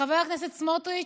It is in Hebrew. חבר הכנסת סמוטריץ'